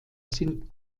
sind